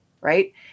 Right